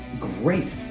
Great